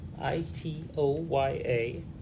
I-T-O-Y-A